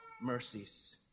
mercies